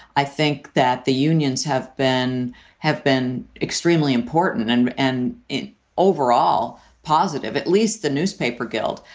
i think that the unions have been have been extremely important and and and in overall positive, at least the newspaper guild.